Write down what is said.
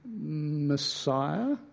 Messiah